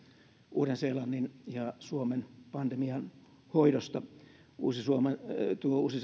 uuden seelannin ja suomen pandemianhoidosta uusi